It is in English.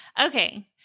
Okay